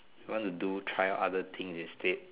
want to do try out other things instead